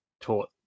taught